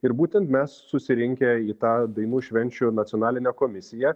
ir būtent mes susirinkę į tą dainų švenčių nacionalinę komisiją